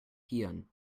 hirn